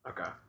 Okay